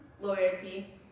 loyalty